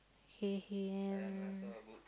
h~ him